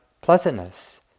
pleasantness